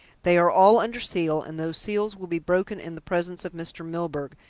they are all under seal, and those seals will be broken in the presence of mr. milburgh,